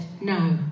No